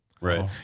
Right